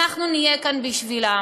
אנחנו נהיה כאן בשבילם.